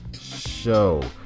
show